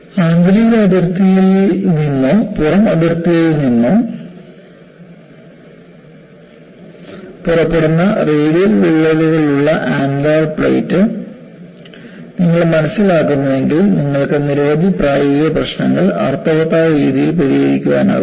ആന്തരിക അതിർത്തിയിൽ നിന്നോ പുറം അതിർത്തിയിൽ നിന്നോ പുറപ്പെടുന്ന റേഡിയൽ വിള്ളലുകളുള്ള ആനുലാർ പ്ലേറ്റ് നിങ്ങൾ മനസിലാക്കുന്നുവെങ്കിൽ നിങ്ങൾക്ക് നിരവധി പ്രായോഗിക പ്രശ്നങ്ങൾ അർത്ഥവത്തായ രീതിയിൽ പരിഹരിക്കാനാകും